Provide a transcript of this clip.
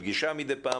נפגשה מדי פעם,